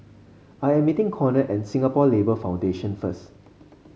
I am meeting Conner at Singapore Labour Foundation first